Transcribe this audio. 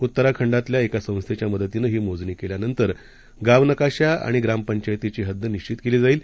उत्तराखंडातल्या एका संस्थेच्या मदतीनं ही मोजणी केल्यानंतर गाव नकाशा आणि ग्राम पंचायतीची हद्द निश्वित केली जाईल